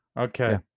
okay